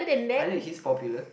I think he's popular